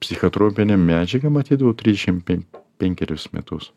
psichatropinėm medžiagam atidaviau trisdešim pen penkerius metus